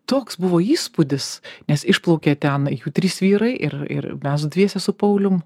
toks buvo įspūdis nes išplaukė ten jų trys vyrai ir ir mes dviese su paulium